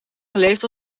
geleefd